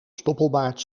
stoppelbaard